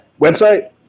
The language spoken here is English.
Website